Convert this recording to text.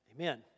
amen